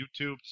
youtube